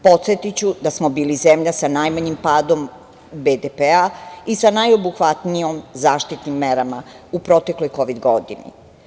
Podsetiću da smo bili zemlja sa najmanjim padom BDP i sa najobuhvatnijim zaštitnim merama u protekloj kovid godini.